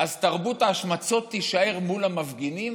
אז תרבות ההשמצות תישאר מול המפגינים,